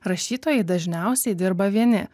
rašytojai dažniausiai dirba vieni